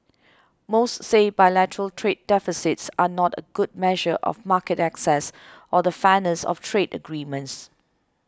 most say bilateral trade deficits are not a good measure of market access or the fairness of trade agreements